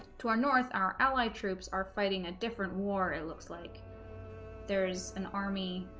to our north our allied troops are fighting a different war it looks like there is an army